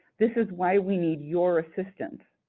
this is why we need your assistance.